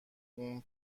اون